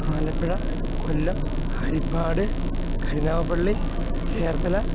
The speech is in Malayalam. ആലപ്പുഴ കൊല്ലം ഹരിപ്പാട് കരുനാഗപ്പള്ളി ചേർത്തല